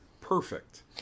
perfect